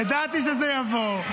ידעתי שזה יבוא.